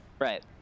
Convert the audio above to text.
Right